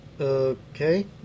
okay